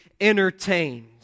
entertained